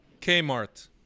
Kmart